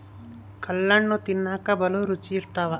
ಕಲ್ಲಣ್ಣು ತಿನ್ನಕ ಬಲೂ ರುಚಿ ಇರ್ತವ